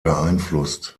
beeinflusst